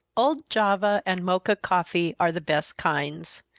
old java and mocha coffee are the best kinds.